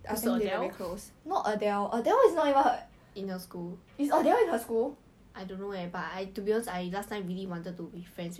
xuan ru what school sia orh anderson serangoon orh anderson serangoon ya ya ya